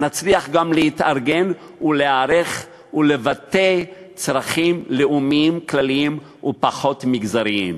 נצליח גם להתארגן ולהיערך ולבטא צרכים לאומיים כלליים ופחות מגזריים.